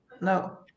No